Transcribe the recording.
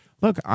look